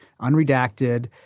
unredacted